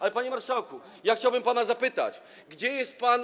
Ale, panie marszałku, chciałbym pana zapytać, gdzie jest pan.